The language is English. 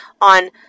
on